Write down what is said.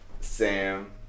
Sam